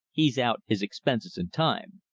he's out his expenses and time.